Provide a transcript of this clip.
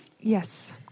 Yes